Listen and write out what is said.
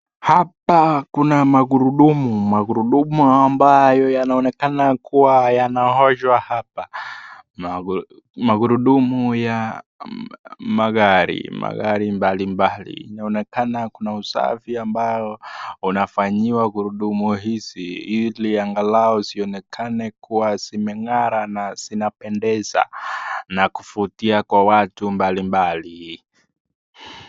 Hapa kuna magurudumu, magurudumu ambayo yanaonekana kuwa yanaoshwa hapa , magurudumu ya magari, magari mbali mbali , inaonekana kuna usafi ambao unafanyiwa gurudumu hizi ili angalau zionekane kuwa zimeng'ara na zinapendeza na kuvutia kwa watu mbali mbali.